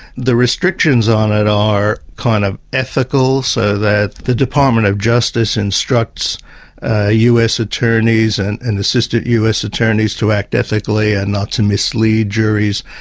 the restrictions on it are kind of ethical, so that the department of justice instructs ah us attorneys and and assistant us attorneys to act ethically and not to mislead juries,